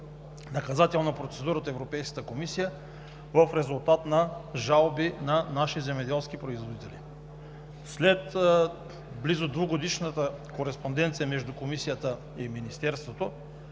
наказателна процедура от Европейската комисия в резултат на жалби на наши земеделски производители. След близо двегодишната кореспонденция между Комисията и Министерството